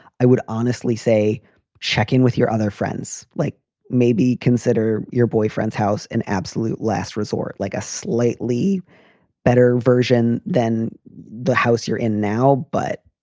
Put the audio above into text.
i would honestly say checking with your other friends, like maybe consider consider your boyfriend's house an absolute last resort, like a slightly better version than the house you're in now, but.